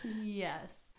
Yes